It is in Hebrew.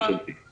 מה הגישה הזאת?